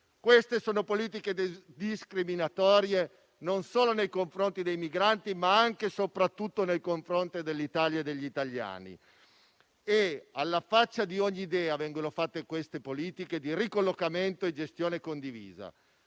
Queste sono politiche discriminatorie non solo nei confronti dei migranti, ma anche e soprattutto nei confronti dell'Italia e degli italiani, alla faccia di ogni idea di ricollocamento e gestione condivisa.